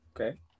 Okay